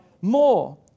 more